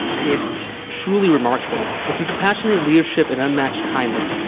it's truly remarkable. and through compassionate leadership and unmatched kindness,